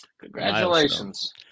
Congratulations